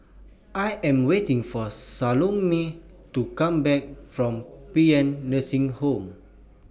I Am waiting For Salome to Come Back from Paean Nursing Home